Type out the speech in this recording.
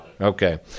Okay